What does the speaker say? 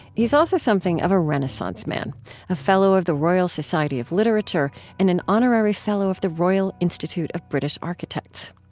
he's also something of a renaissance man a fellow of the royal society of literature and an honorary fellow of the royal institute of british architects.